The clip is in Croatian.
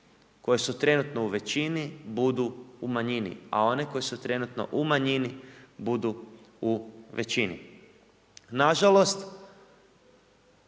koje su trenutno u većini budu u manjini, a one koje su trenutno u manjini budu u većini. Nažalost